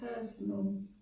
personal